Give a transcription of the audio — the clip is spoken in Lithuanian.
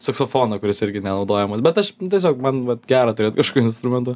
saksofoną kuris irgi nenaudojamas bet aš tiesiog man vat gera turėt kažkokių instrumentų